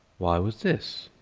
why was this?